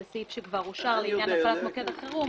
זה סעיף שכבר אושר לעניין הפעלת מוקד החירום,